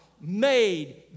made